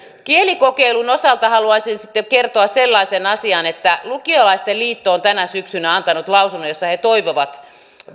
kielikokeilun osalta haluaisin sitten kertoa sellaisen asian että lukiolaisten liitto on tänä syksynä antanut lausunnon jossa he toivovat